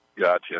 Gotcha